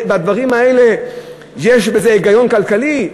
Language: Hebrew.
יש בזה היגיון כלכלי?